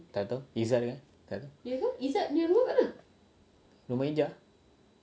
tak tahu izzad ke tak tahu rumah hijau